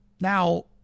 Now